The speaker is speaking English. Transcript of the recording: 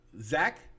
Zach